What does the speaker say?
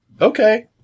Okay